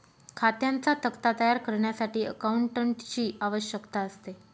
खात्यांचा तक्ता तयार करण्यासाठी अकाउंटंटची आवश्यकता असते